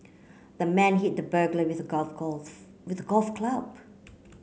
the man hit the burglar with golf with golf club